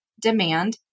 demand